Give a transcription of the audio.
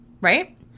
right